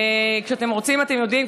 כשאתם רוצים אתם יודעים,